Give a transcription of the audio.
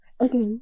Okay